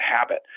habit